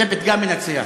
זה פתגם מנצח.